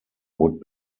would